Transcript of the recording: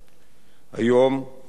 חודש אחרי שהלכת מאתנו,